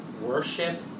worship